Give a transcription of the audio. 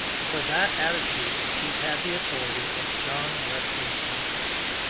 and for that attitude these had the authority of john wesley himself,